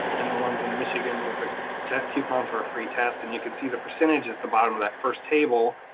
and the ones in michigan with ah a coupon for a free test and you can see the percentage at the bottom of that first table,